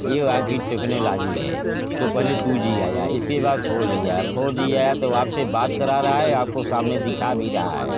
ये वाक़ई टेक्नोलाजी है तो पहले टू जी आया इसके बाद फोर जी आया फोर जी आया तो आप से बात करा रहा है आपको सामने दिखा भी रहा है